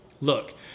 Look